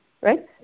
right